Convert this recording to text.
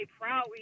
proud